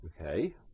okay